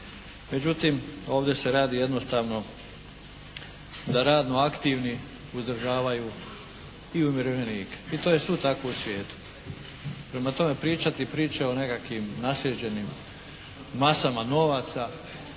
Međutim, ovdje se radi jednostavno da radno aktivni uzdržavaju i umirovljenike i to je svud tako u svijetu. Prema tome, pričati priče o nekakvim naslijeđenim masama novaca,